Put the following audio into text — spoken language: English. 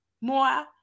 more